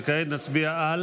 161. כעת נצביע על